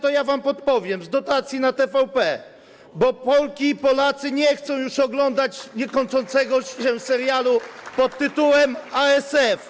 To ja wam podpowiem: z dotacji na TVP, bo Polki i Polacy nie chcą już oglądać niekończącego się serialu pt. „ASF”